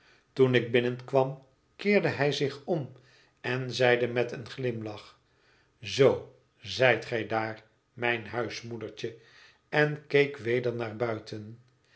toen ik binnenkwam keerde hij zich om en zeide met een glimlach zoo zijt gij daar mijn huismoedertje en keek weder naar buiten